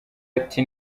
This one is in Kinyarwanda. ati